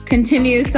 continue